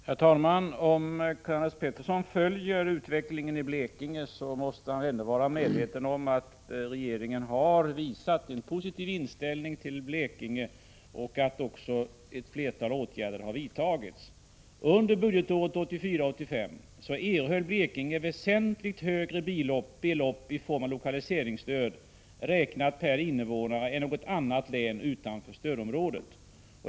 Herr talman! Om Karl-Anders Petersson följer utvecklingen i Blekinge måste han ändå vara medveten om att regeringen har visat en positiv inställning till Blekinge och att också ett flertal åtgärder har vidtagits. Under budgetåret 1984/85 erhöll Blekinge väsentligt högre belopp i form av lokaliseringsstöd räknat per invånare än något annat län utanför stödområdet.